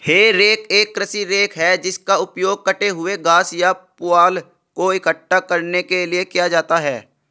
हे rake एक कृषि rake है जिसका उपयोग कटे हुए घास या पुआल को इकट्ठा करने के लिए किया जाता है